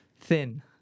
thin